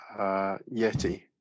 Yeti